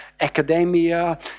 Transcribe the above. academia